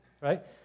right